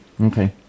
Okay